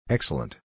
Excellent